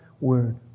word